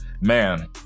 man